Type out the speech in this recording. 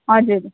हजुर